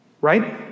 Right